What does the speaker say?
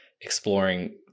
exploring